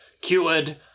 cured